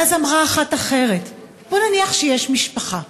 ואז אמרה אחת אחרת: בואו נניח שיש משפחה,